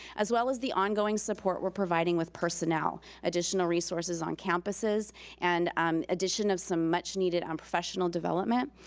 as well as the ongoing support we're providing with personnel, additional resources on campuses and um addition of some much needed um professional professional development.